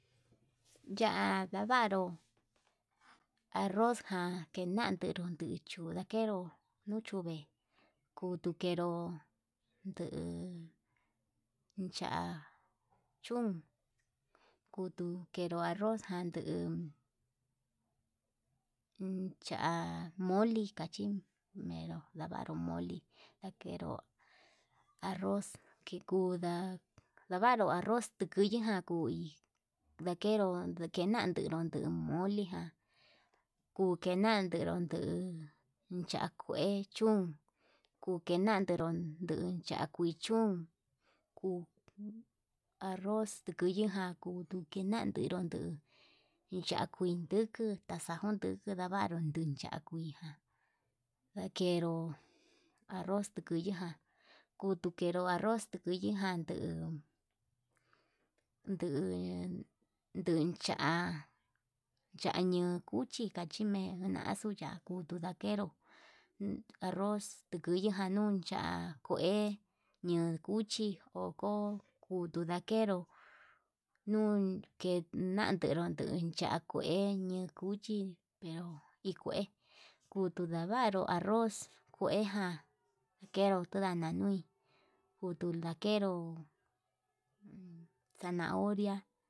Ya'a ndavaru arroz ján kenantenu kuii, chuu ndakenro nuu yuve'e kukenru yuu cha'á ndun kutu kenro arroz ján nduu uncha moli cachín venro ndavaru moli, ndakero arroz kekunra ndavaru arroz tekuyena koi ndakeru kutenan denro kuu moli jan ukenandero duu cha'a kue chuu kun kukenankero duu cha kuii chún, kuu arroz ndukuyijan kutuu kinan nderó kuu ya'á kuii nduku xakundu chavaru nuun cha'a kuii jan, ndakenro arroz nduku kuiján kuru kenro arroz kuyujan nduu, nduu nducha yañan cuchi kachimi ñaxuu kutu yakenró arroz kuyujan nuncha akue ñuun cuchi, oko kuti yakenró nunke nakenró ndun cha'a kue ñuu cuchi pero ikue kutuu ndavaru arroz kueján kenro tunana nui, kutu ndakenro un zanahoria.